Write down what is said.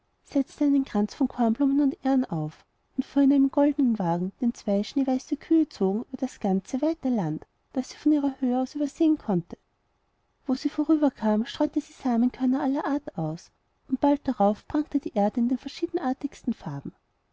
setzte einen kranz von kornblumen und ähren auf und fuhr in einem goldnen wagen den zwei schneeweiße kühe zogen über das ganze weite land das sie von ihrer höhe aus übersehen konnte wo sie vorüberkam streute sie samenkörner aller art aus und bald darauf prangte die erde in den verschiedenartigsten farben